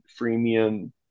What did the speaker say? freemium